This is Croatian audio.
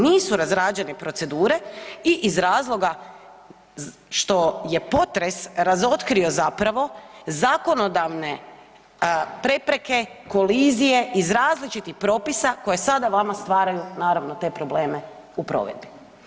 Nisu razrađene procedure i iz razloga što je potres razotkrio zapravo zakonodavne prepreke, kolizije iz različitih propisa koje sada vama stvaraju naravno te probleme u provedbi.